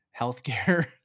Healthcare